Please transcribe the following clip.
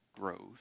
growth